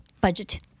budget